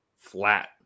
flat